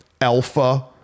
alpha